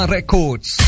Records